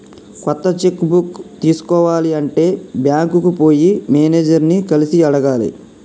కొత్త cheque book తీసుకోవాలి అంటే బ్యాంకుకు పోయి మేనేజర్ ని కలిసి అడగాలి